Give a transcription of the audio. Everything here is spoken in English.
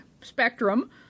spectrum